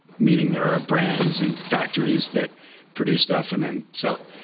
meaning there are brands and factories that produce stuff and then sell it.